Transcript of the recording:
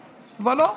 ולא,